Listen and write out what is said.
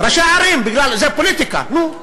ראשי ערים, זה פוליטיקה, נו,